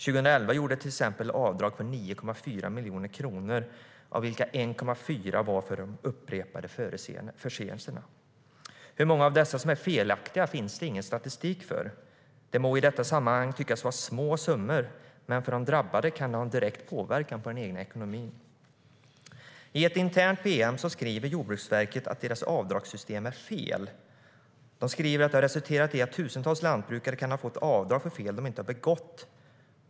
År 2011 gjordes till exempel avdrag för 9,4 miljoner kronor, av vilka 1,4 miljoner var för upprepade förseelser. Hur många av dessa som är felaktiga finns det ingen statistik på. Det må i detta sammanhang tyckas vara små summor, men för de drabbade kan det ha en direkt påverkan på den egna ekonomin. I ett internt pm skriver Jordbruksverket att deras avdragssystem är fel. De skriver att det har resulterat i att tusentals lantbrukare kan ha fått avdrag för fel de inte har begått.